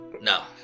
No